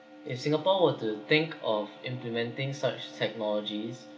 if singapore were to think of implementing such technologies